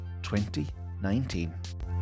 2019